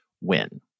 win